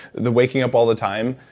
the waking up all the time,